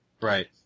Right